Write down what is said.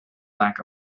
lack